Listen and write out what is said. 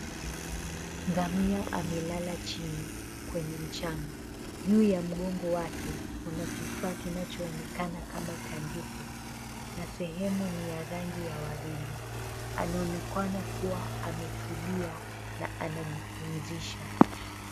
Ngamia amelala chini kwenye mchanga. Juu ya mgongo wake kuna kifaa kinachoonekana kama tandiko na sehemu ni ya rangi ya waridi. Anaonekana kuwa ametulia na anajipumzisha.